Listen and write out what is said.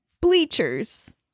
Bleachers